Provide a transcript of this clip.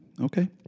Okay